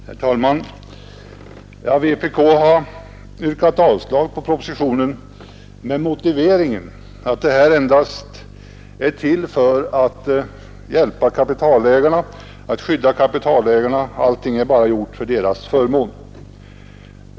Herr talman! Vänsterpartiet kommunisterna har yrkat avslag på propositionen med motiveringen att den kommit till endast för att ge kapitalägarna en förmån.